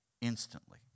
Instantly